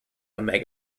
mega